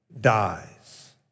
dies